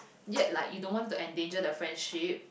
yet like you don't want to endanger the friendship